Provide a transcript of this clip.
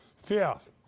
Fifth